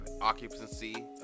occupancy